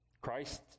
Christ